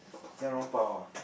Xiao-Long-Bao ah